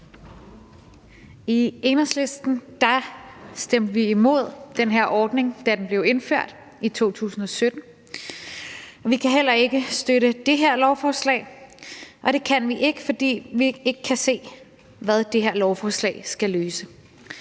I Enhedslisten stemte vi imod den her ordning, da den blev indført i 2017. Vi kan heller ikke støtte det her lovforslag, og det kan vi ikke, fordi vi ikke kan se, hvad det her lovforslag skal løse.